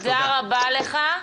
תודה רבה לך,